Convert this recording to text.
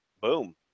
boom